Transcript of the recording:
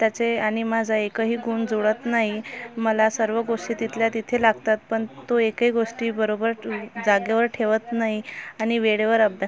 त्याचा आणि माझा एकही गुण जुळत नाही मला सर्व गोष्टी तिथल्या तिथे लागतात पण तो एकही गोष्टी बरोबर टू जागेवर ठेवत नाही आणि वेळेवर अभ्या